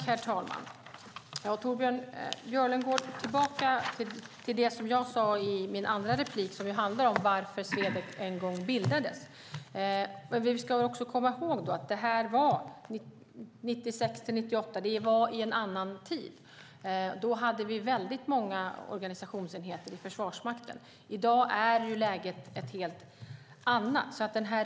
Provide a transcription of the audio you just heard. Herr talman! Torbjörn Björlund går tillbaka till det som jag sade i mitt andra inlägg om varför Swedec en gång bildades. Vi ska komma ihåg att det var i en annan tid - 1996-1998. Då hade vi väldigt många organisationsenheter i Försvarsmakten. I dag är läget ett helt annat.